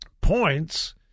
points